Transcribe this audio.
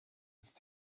ist